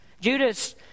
Judas